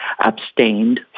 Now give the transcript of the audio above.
abstained